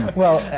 well,